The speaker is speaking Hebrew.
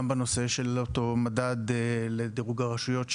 וגם בנושא של אותו מדד לדירוג הרשויות,